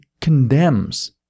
condemns